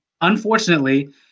unfortunately